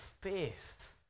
faith